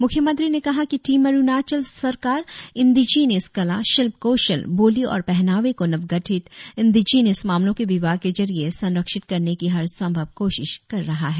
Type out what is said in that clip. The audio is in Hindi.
मुख्यमंत्री ने कहा कि टीम अरुणाचल सरकार इंडिजिनियश कला शिल्प कौशल बोली और पहनावे को नव गठित इंडिजिनियश मामलों के विभाग के जरिए संरक्षित करने की हर संभव कोशिश कर रहे है